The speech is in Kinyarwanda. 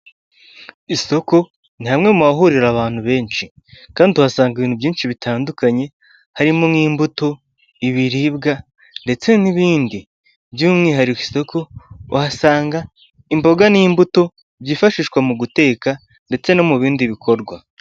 Isoko ni hamwe mu bahurira abantu benshi kandi uhasanga ibintu byinshi bitandukanye harimo nk'imbuto, ibiribwa ndetse n'ibindi by'umwihariko isoko wahasanga imboga n'imbuto byifashishwa mu guteka ndetse no mu bindi bikorwa.